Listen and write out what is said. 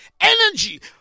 Energy